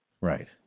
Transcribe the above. Right